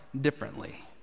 differently